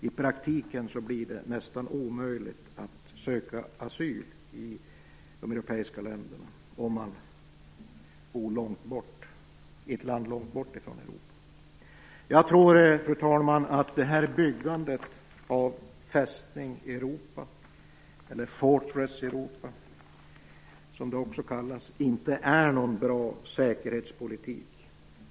I praktiken blir det nästan omöjligt att söka asyl i de europeiska länderna om man bor i ett land långt från Europa. Jag tror, fru talman, att det här byggandet av "fästning Europa", eller fortress Europa som det också kallas, inte är någon bra säkerhetspolitik.